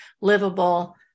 livable